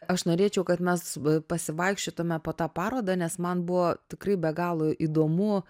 aš norėčiau kad mes pasivaikščiotume po tą parodą nes man buvo tikrai be galo įdomu